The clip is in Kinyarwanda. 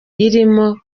irimo